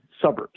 suburbs